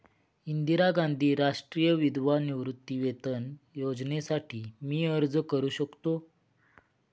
इंदिरा गांधी राष्ट्रीय विधवा निवृत्तीवेतन योजनेसाठी मी अर्ज करू शकतो?